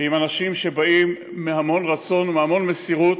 אנשים שבאים בהמון רצון, בהמון מסירות,